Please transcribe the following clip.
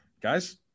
Guys